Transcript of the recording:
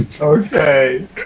Okay